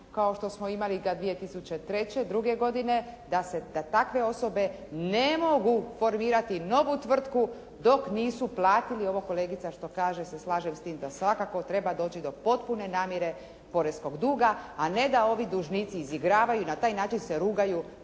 kao što smo imali ga 2003., druge godine da takve osobe ne mogu formirati novu tvrtku dok nisu platili. Ovo kolegica što kaže se slažem s tim da svakako treba doći do potpune namire poreskog duga, a ne da ovi dužnici izigravaju i na taj način se rugaju